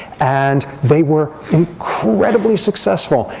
and they were incredibly successful.